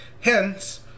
hence